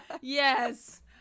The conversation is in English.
Yes